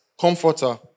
comforter